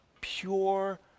pure